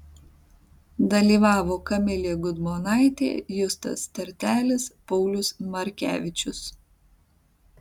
dalyvavo kamilė gudmonaitė justas tertelis paulius markevičius